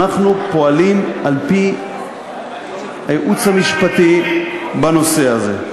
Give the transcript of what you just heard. אנחנו פועלים על-פי הייעוץ המשפטי בנושא הזה.